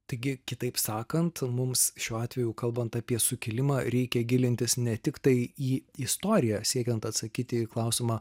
taigi kitaip sakant mums šiuo atveju kalbant apie sukilimą reikia gilintis ne tiktai į istoriją siekiant atsakyti į klausimą